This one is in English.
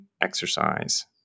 exercise